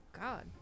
God